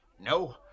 No